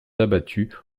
abattus